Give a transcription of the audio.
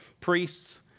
priests